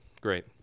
Great